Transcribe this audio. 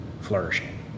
flourishing